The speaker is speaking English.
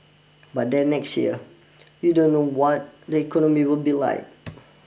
but then next year you don't know what the economy will be like